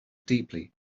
deeply